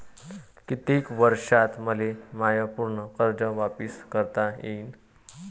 कितीक वर्षात मले माय पूर कर्ज वापिस करता येईन?